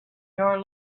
your